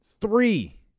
three